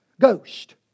Ghost